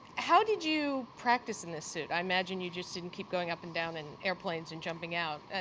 how did you practice in this suit? i imagine you just didn't keep going up and down in airplanes and jumping out.